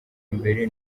mbere